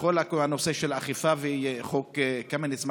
בכל הנושא של אכיפה וחוק קמיניץ,